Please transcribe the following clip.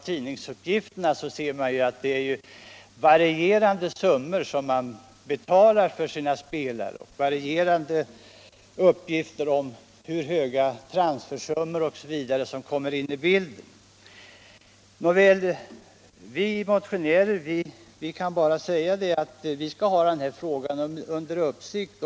Tidningsuppgifterna varierar ju om hur höga transfersummor m.m. som föreningarna betalar för sina spelare. Vi motionärer kan bara säga att vi skall ha denna fråga under uppsikt.